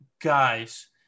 guys